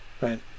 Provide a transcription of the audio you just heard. Right